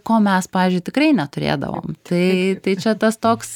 ko mes pavyzdžiui tikrai neturėdavom tai tai čia tas toks